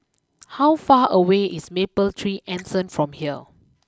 how far away is Mapletree Anson from here